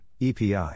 EPI